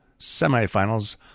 semifinals